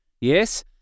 yes